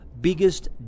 biggest